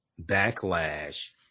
backlash